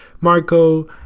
Marco